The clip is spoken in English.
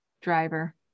Driver